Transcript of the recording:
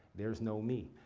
there's no me,